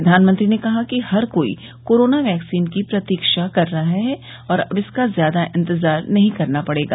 प्रधानमंत्री ने कहा कि हर कोई कोरोना वैक्सीन की प्रतीक्षा कर रहा है और अब इसका ज्यादा इंतजार नहीं करना पडेगा